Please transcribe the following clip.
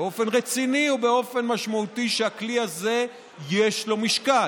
באופן רציני ובאופן משמעותי שלכלי הזה יש משקל.